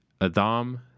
Adam